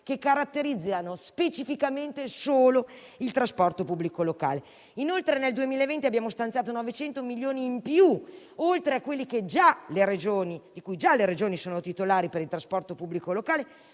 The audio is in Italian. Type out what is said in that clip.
che caratterizzano specificamente solo il trasporto pubblico locale. Inoltre, nel 2020 abbiamo stanziato 900 milioni in più, oltre a quelli di cui già le Regioni sono titolari per il trasporto pubblico locale,